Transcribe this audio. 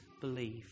believe